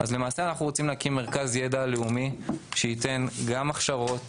אז למעשה אנחנו רוצים להקים מרכז ידע לאומי שייתן גם הכשרות,